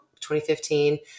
2015